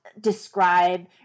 describe